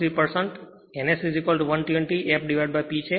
3 n S120 fP છે